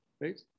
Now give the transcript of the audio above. right